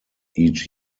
each